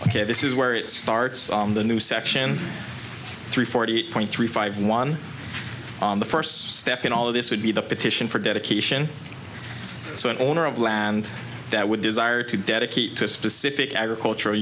ok this is where it starts on the new section three forty eight point three five one on the first step in all of this would be the petition for dedication so an owner of land that would desire to dedicate specific agricultural